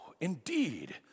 indeed